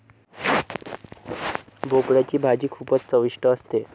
भोपळयाची भाजी खूपच चविष्ट असते